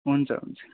हुन्छ हुन्छ